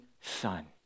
son